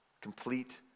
Complete